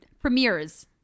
Premieres